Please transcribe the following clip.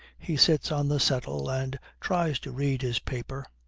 he sits on the settle and tries to read his paper.